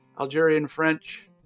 Algerian-French